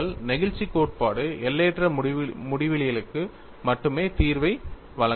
பாருங்கள் நெகிழ்ச்சி கோட்பாடு எல்லையற்ற வடிவவியலுக்கு மட்டுமே தீர்வை வழங்க முடியும்